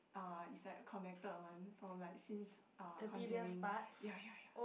uh is like connected one from like since uh conjuring ya ya ya